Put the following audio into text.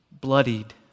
bloodied